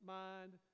mind